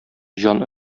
җан